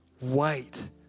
Wait